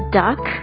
duck